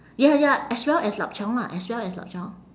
ya ya as well as lup cheong ah as well as lup cheong